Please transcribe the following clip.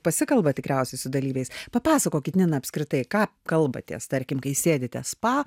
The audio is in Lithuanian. pasikalbat tikriausiai su dalyviais papasakokit nina apskritai ką kalbatės tarkim kai sėdite spa